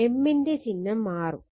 M ന്റെ ചിഹ്നം മാറും